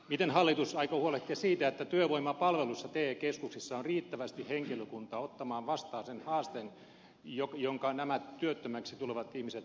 miten hallitus aikoo huolehtia siitä että työvoima palvelussa te keskuksissa on riittävästi henkilökuntaa ottamaan vastaan sen haasteen jonka nämä työttömäksi tulevat ihmiset muodostavat